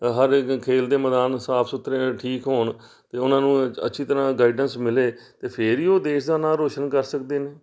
ਹਰ ਇੱਕ ਖੇਡ ਦੇ ਮੈਦਾਨ ਸਾਫ਼ ਸੁਥਰੇ ਠੀਕ ਹੋਣ ਅਤੇ ਉਹਨਾਂ ਨੂੰ ਅੱਛੀ ਤਰ੍ਹਾਂ ਗਾਈਡੈਂਸ ਮਿਲੇ ਤਾਂ ਫਿਰ ਹੀ ਉਹ ਦੇਸ਼ ਦਾ ਨਾਂ ਰੋਸ਼ਨ ਕਰ ਸਕਦੇ ਨੇ